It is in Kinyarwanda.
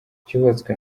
cyubatswe